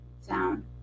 Sound